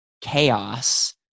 chaos